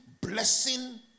blessing